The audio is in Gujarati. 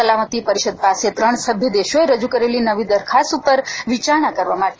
સલામતી પરિષદ પાસે ત્રણ સભ્ય દેશોએ રજુ કરેલી નવી દરખાસ્ત ઉપર વિચારણા કરવા માટે દસ દિવસ રહેશે